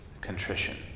Contrition